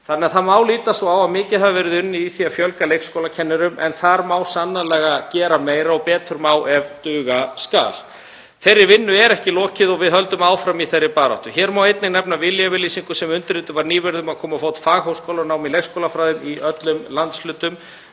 Það má því líta svo á að mikið hafi verið unnið í því að fjölga leikskólakennurum en þar má sannarlega gera meira og betur má ef duga skal. Þeirri vinnu er ekki lokið og við höldum áfram í þeirri baráttu. Hér má einnig nefna viljayfirlýsingu sem undirrituð var nýverið um að koma á fót fagháskólanámi í leikskólafræðum í öllum landshlutum.